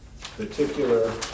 particular